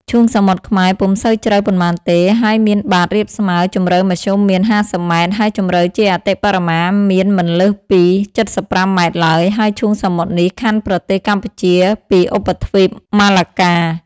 ឈូងសមុទ្រខ្មែរ ពុំសូវជ្រៅប៉ុន្មានទេ ហើយមានបាត រាបស្មើ ជំរៅមធ្យមមាន ៥០ម៉ែត្រ ហើយជម្រៅជាអតិបរមា មានមិនលើសពី ៧៥ម៉ែត្រឡើយ ហើយឈូងសមុទ្រនេះខ័ណ្ឌប្រទេសកម្ពុជាពីឧបទ្វីបម៉ាឡាកា ។